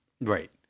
Right